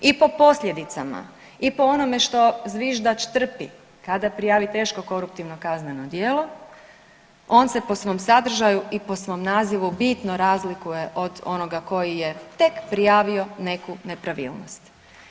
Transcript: I po posljedicama i po onome što zviždač trpi kada prijavi teško koruptivno kazneno djelo, on se po svom sadržaju i po svom nazivu bitno razlikuje od onoga koji je tek prijavio neku nepravilnost.